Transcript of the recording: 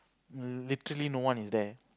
literally no one is there